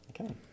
Okay